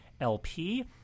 LP